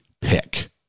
pick